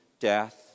death